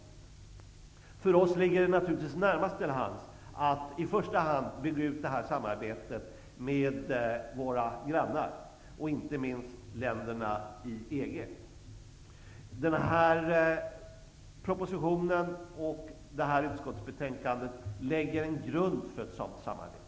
För oss ligger det naturligtvis närmast till hands att bygga ut samarbetet med i första hand våra grannar, inte minst länderna i EG. Förslaget i propositionen och utskottsbetänkandet lägger en grund för ett sådant samarbete.